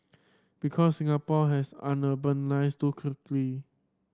because Singapore has urbanised too quickly